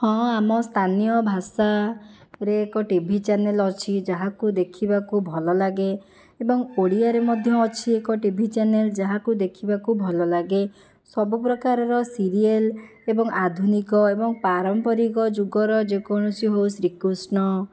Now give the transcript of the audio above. ହଁ ଆମ ସ୍ଥାନୀୟ ଭାଷାରେ ଏକ ଟିଭି ଚ୍ୟାନେଲ ଅଛି ଯାହାକୁ ଦେଖିବାକୁ ଭଲ ଲାଗେ ଏବଂ ଓଡ଼ିଆରେ ମଧ୍ୟ ଅଛି ଏକ ଟିଭି ଚ୍ୟାନେଲ ଯାହାକୁ ଦେଖିବାକୁ ଭଲ ଲାଗେ ସବୁ ପ୍ରକାରର ସିରିଏଲ ଏବଂ ଆଧୁନିକ ଏବଂ ପାରମ୍ପରିକ ଯୁଗର ଯେକୌଣସି ହେଉ ଶ୍ରୀକୃଷ୍ଣ